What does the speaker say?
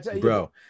Bro